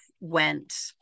went